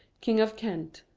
king of kent.